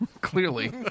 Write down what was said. Clearly